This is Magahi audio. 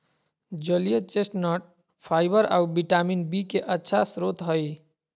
जलीय चेस्टनट फाइबर आऊ विटामिन बी के अच्छा स्रोत हइ